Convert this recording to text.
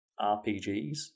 RPGs